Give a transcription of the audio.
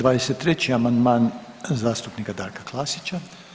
23. amandman zastupnika Darka Klasića.